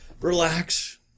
relax